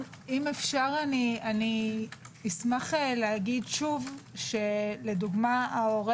אם אפשר אני אשמח להגיד שוב שלדוגמה ההורה